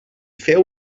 feu